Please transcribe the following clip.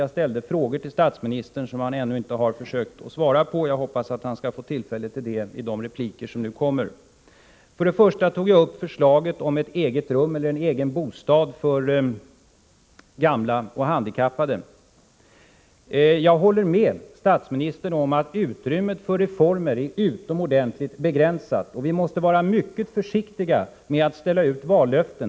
Jag ställde en fråga till statsministern som han ännu inte har försökt att svara på. Jag hoppas att han får tillfälle till det i kommande repliker. För det första tog jag upp förslaget om ett eget rum eller en egen bostad för gamla och handikappade. Jag håller med statsministern om att utrymmet för reformer är utomordentligt begränsat. Vi måste vara mycket försiktiga med att ställa ut vallöften.